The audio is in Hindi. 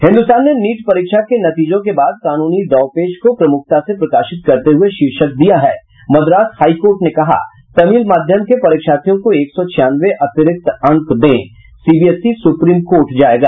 हिन्दुस्तान ने नीट परीक्षा के नतीजों के बाद कानूनी दाव पेच को प्रमुखता से प्रकाशित करते हुये शीर्षक दिया है मद्रास हाईकोर्ट ने कहा तमिल माध्यम के परीक्षार्थियों को एक सौ छियानवे अतिरिक्त अंक दें सीबीएसई सुप्रीम कोर्ट जायेगा